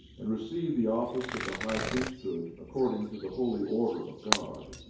and received the office of the high priesthood according to the holy order of god,